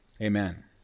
Amen